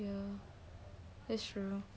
ya that's true